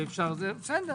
בסדר.